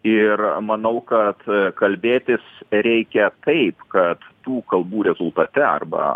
ir manau kad kalbėtis reikia kaip kad tų kalbų rezultate arba